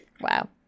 Wow